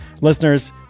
Listeners